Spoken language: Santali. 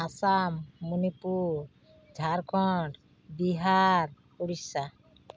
ᱟᱥᱟᱢ ᱢᱚᱱᱤᱯᱩᱨ ᱡᱷᱟᱨᱠᱷᱚᱱᱰ ᱵᱤᱦᱟᱨ ᱩᱲᱤᱥᱥᱟ